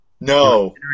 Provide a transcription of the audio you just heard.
No